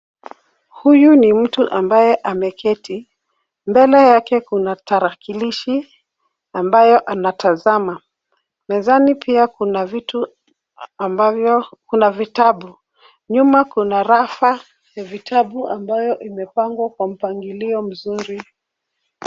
Huyu ni mtu ambaye ameketi. Mbele yake kuna tarakilishi ambayo anatazama. Mezani pia kuna vitu ambavyo kuna vitabu. Nyuma kuna rafu vitabu ambayo imepangwa kwa mpangilio mzuri.